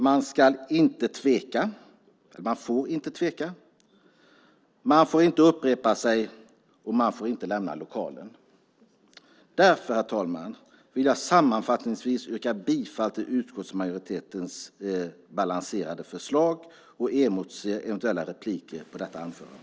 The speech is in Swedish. Man får inte tveka. Man får inte upprepa sig. Och man får inte lämna lokalen. Därför, herr talman, vill jag sammanfattningsvis yrka bifall till utskottsmajoritetens balanserade förslag och emotser eventuella repliker på detta anförande.